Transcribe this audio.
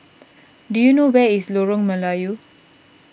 do you know where is Lorong Melayu